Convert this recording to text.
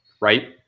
right